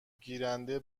گیرنده